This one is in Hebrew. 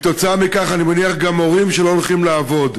וכתוצאה מכך, אני מניח, גם הורים לא הולכים לעבוד.